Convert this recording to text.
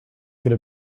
could